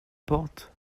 porte